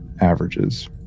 averages